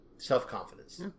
self-confidence